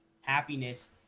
happiness